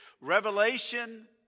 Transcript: Revelation